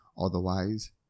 otherwise